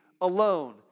alone